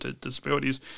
disabilities